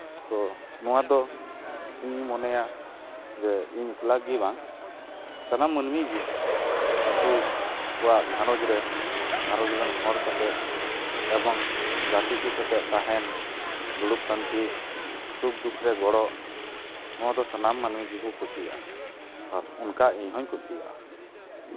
ᱛᱚ ᱱᱚᱣᱟ ᱫᱚ ᱤᱧ ᱢᱚᱱᱮᱭᱟ ᱡᱮ ᱤᱧ ᱮᱠᱞᱟ ᱜᱮᱵᱟᱝ ᱥᱟᱱᱟᱢ ᱢᱟᱹᱱᱢᱤ ᱜᱮ ᱟᱠᱚᱣᱟᱜ ᱜᱷᱟᱨᱚᱸᱡᱽ ᱨᱮ ᱜᱷᱟᱨᱚᱸᱡᱽ ᱨᱮᱱ ᱦᱚᱲ ᱥᱟᱛᱮᱜ ᱮᱵᱚᱝ ᱜᱟᱛᱮ ᱠᱚ ᱥᱟᱛᱮᱜ ᱛᱟᱦᱮᱱ ᱫᱩᱲᱩᱵ ᱯᱟᱱᱛᱮ ᱥᱩᱠ ᱫᱩᱠᱨᱮ ᱜᱚᱲᱚ ᱱᱚᱣᱟ ᱫᱚ ᱥᱟᱱᱟᱢ ᱢᱟᱹᱱᱢᱤ ᱜᱮᱵᱚᱱ ᱠᱩᱥᱤᱭᱟᱜᱼᱟ ᱟᱨ ᱚᱱᱠᱟ ᱤᱧ ᱦᱚᱹᱧ ᱠᱩᱥᱤᱭᱟᱜᱼᱟ